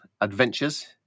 adventures